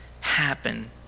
happen